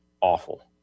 awful